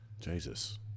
Jesus